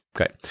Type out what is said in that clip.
Okay